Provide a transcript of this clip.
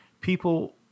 People